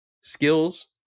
skills